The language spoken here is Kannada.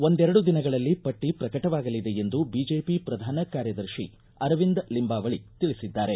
ಒಂದರೆಡು ದಿನಗಳಲ್ಲಿ ಪಟ್ಟ ಪ್ರಕಟವಾಗಲಿದೆ ಎಂದು ಬಿಜೆಪಿ ಪ್ರಧಾನಕಾರ್ಯದರ್ಶಿ ಅರವಿಂದ್ ಲಿಂಬಾವಳಿ ತಿಳಿಸಿದ್ದಾರೆ